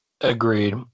Agreed